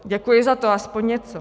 Děkuji za to, aspoň něco.